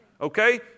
Okay